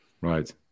Right